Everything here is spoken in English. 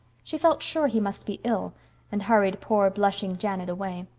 she felt sure he must be ill and hurried poor blushing janet away.